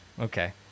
okay